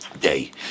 day